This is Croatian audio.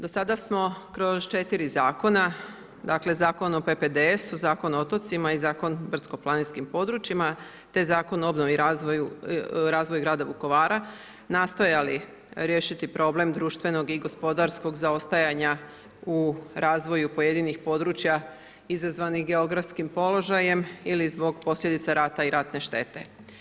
Do sada smo kroz 4 zakona, dakle Zakon o PPDS-u, Zakon o otocima i Zakon brdsko-planinskim područjima te Zakon o obnovi i razvoju grada Vukovara nastojali riješiti problem društvenog i gospodarskog zaostajanja u razvoju pojedinih područja izazvanih geografskim položajem ili zbog posljedice rata i ratne štete.